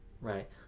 Right